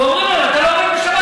ואומרים לו: אם אתה לא עובד בשבת,